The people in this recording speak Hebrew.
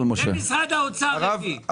שמשרד האוצר הביא.